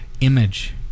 image